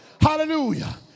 Hallelujah